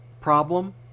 problem